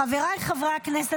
חבריי חברי הכנסת,